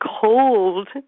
cold